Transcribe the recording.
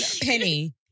penny